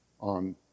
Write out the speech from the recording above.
on